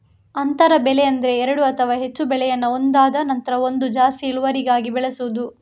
ಅಂತರ ಬೆಳೆ ಎಂದರೆ ಎರಡು ಅಥವಾ ಹೆಚ್ಚು ಬೆಳೆಯನ್ನ ಒಂದಾದ ನಂತ್ರ ಒಂದು ಜಾಸ್ತಿ ಇಳುವರಿಗಾಗಿ ಬೆಳೆಸುದು